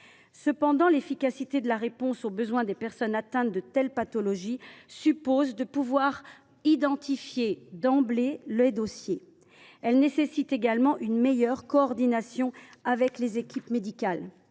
répondre efficacement aux besoins des personnes atteintes de telles pathologies, il faut pouvoir identifier d’emblée leur dossier. Cela nécessite également une meilleure coordination avec les équipes médicales.